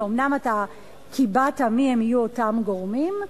אומנם אתה קיבעת מי יהיו אותם גורמים,